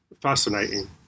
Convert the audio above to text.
fascinating